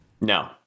No